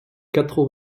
quatre